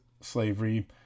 slavery